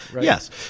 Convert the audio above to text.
Yes